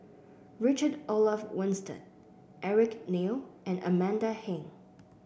Richard Olaf Winstedt Eric Neo and Amanda Heng